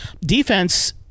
Defense